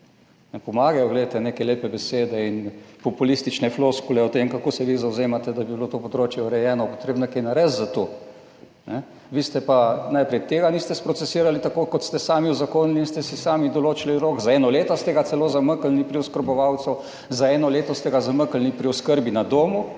glejte, neke lepe besede in populistične floskule o tem, kako se vi zavzemate, da bi bilo to področje urejeno, potrebno kaj narediti za to. Vi pa najprej, tega niste sprocesirali, tako kot ste sami uzakonili in ste si sami določili rok za eno leto ste ga celo zamaknili pri oskrbovancu, za eno leto ste ga zamaknili pri oskrbi na domu